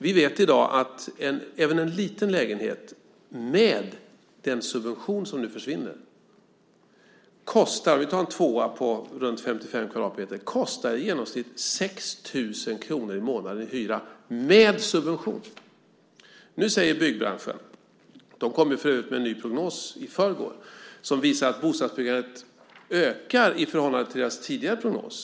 Vi vet i dag att även en liten lägenhet, till exempel en tvåa på 55 kvadratmeter, kostar i genomsnitt 6 000 kr i månaden i hyra, med den subvention som nu försvinner. I förrgår kom byggbranschen med en ny prognos som visar att bostadsbyggandet ökar i förhållande till deras tidigare prognos.